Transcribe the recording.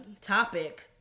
topic